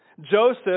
Joseph